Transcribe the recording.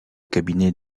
cabinet